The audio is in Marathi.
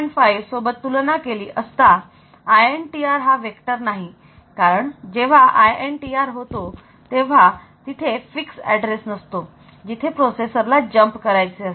5 सोबत तुलना केली असता INTR हा vectored नाही कारण जेव्हा INTR होतो तेव्हा तिथे निश्चित ऍड्रेस नसतो जिथे प्रोसेसर ला जम्प करायचे असते